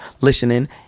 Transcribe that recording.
Listening